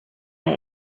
sky